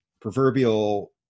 proverbial